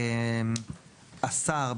השר,